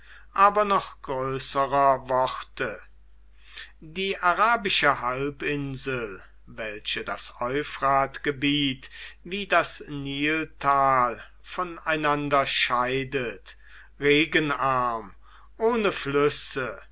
aber noch größerer worte die arabische halbinsel weiche das euphratgebiet wie das niltal voneinander scheidet regenarm ohne flüsse